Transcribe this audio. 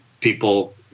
people